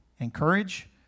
encourage